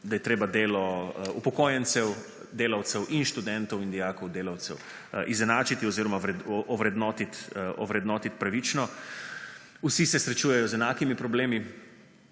da je treba delo upokojencev delavcev in študentov in dijakov delavcev izenačiti oziroma ovrednotiti pravično. Vsi se srečujejo z enakimi problemi,